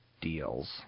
deals